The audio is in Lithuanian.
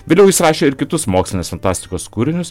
vėliau jis rašė ir kitus mokslinės fantastikos kūrinius